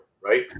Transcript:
right